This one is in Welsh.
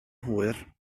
hwyr